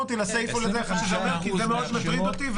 אותי לסעיף כי זה מאוד מטריד אותי.